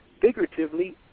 figuratively